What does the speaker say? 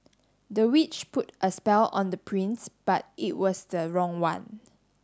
the witch put a spell on the prince but it was the wrong one